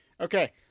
Okay